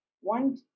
one